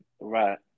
Right